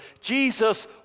Jesus